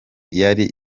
yari